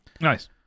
nice